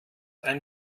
ein